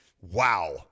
wow